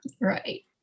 Right